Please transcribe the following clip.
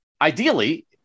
ideally